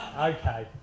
okay